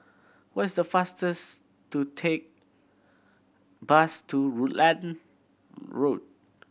what is faster to take bus to Rutland Road